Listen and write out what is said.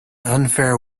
unfair